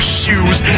shoes